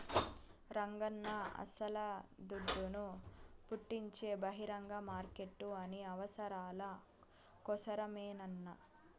రంగన్నా అస్సల దుడ్డును పుట్టించే బహిరంగ మార్కెట్లు అన్ని అవసరాల కోసరమేనన్నా